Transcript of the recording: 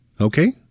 Okay